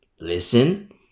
listen